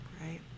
Right